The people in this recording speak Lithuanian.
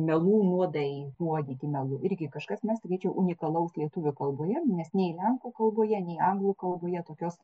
melų nuodai nuodyti melu irgi kažkas na sakyčiau unikalaus lietuvių kalboje nes nei lenkų kalboje nei anglų kalboje tokios